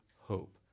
hope